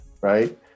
right